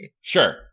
Sure